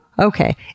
okay